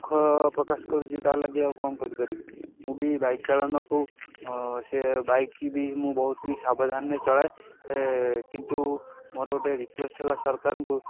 ଦୁଃଖ ପ୍ରକାଶ କରୁଛି ତାହାଲାଗି ଆଉ କ'ଣ କରିପାରିବି ମୁଁ ବି ବାଇକ୍ ଚାଳନକୁ ସେ ବାଇକ ବି ମୁଁ ବହୁତ ବି ସାବଧାନର ସହ ଚଳାଏ କିନ୍ତୁ ମୋର ଗୋଟେ ରିକ୍ୟୁଏଷ୍ଟ ହେଲା ସରକାରଙ୍କୁ